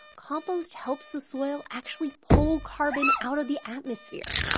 compost helps the soil actually pull carbon out of the atmosphere